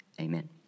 Amen